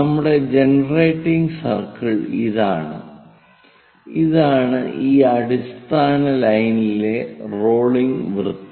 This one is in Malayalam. നമ്മുടെ ജനറേറ്റിംഗ് സർക്കിൾ ഇതാണ് ഇതാണ് ഈ അടിസ്ഥാന ലൈനിലെ റോളിംഗ് വൃത്തം